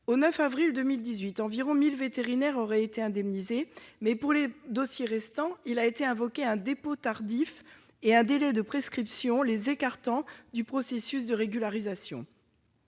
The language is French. du 9 avril 2018, environ 1 000 vétérinaires auraient été indemnisés ; mais, pour les dossiers restants, on a invoqué un « dépôt tardif » et un délai de prescription, qui les a écartés du processus de régularisation.